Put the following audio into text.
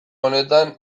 honetan